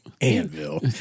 Anvil